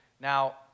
Now